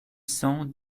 cent